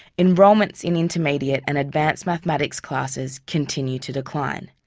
enrolments in intermediate and advanced mathematics classes continue to decline.